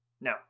No